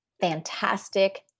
fantastic